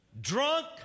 drunk